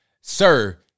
Sir